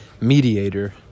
mediator